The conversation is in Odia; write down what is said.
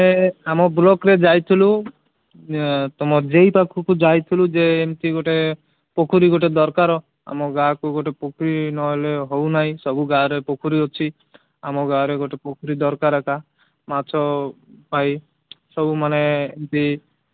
ଆମେ ଆମ ବ୍ଲକ୍ରେ ଯାଇଥିଲୁ ତୁମର ଜେ ଇ ପାଖକୁ ଯାଇଥିଲୁ ଯେ ଏମତି ଗୋଟେ ପୋଖରୀ ଗୋଟେ ଦରକାର ଆମର ଗାଁକୁ ଗୋଟେ ପୋଖରୀ ନ ହେଲେ ହେଉ ନାଇଁ ସବୁ ଗାଁରେ ପୋଖରୀ ଅଛି ଆମ ଗାଁରେ ଗୋଟେ ପୋଖରୀ ଦରକାର ଏକା ମାଛ ପାଇଁ ସବୁମାନେ ଏମତି